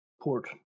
port